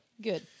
Good